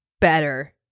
Better